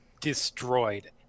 destroyed